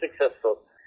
successful